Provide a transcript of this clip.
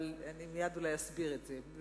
אבל אני מייד אולי אסביר את זה.